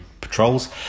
patrols